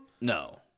No